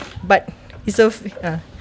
but it's so uh